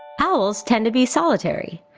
owls tend to be solitary.